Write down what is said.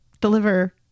deliver